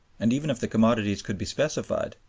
and even if the commodities could be specified,